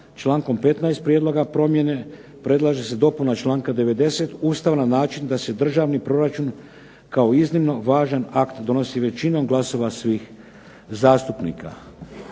Člankom 15. Prijedloga promjene predlaže se dopuna članka 90. Ustava na način da se državni proračun kao iznimno važan akt donosi većinom glasova svih zastupnika.